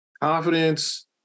confidence